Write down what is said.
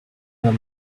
that